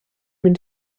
mynd